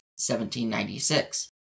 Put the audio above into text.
1796